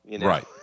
Right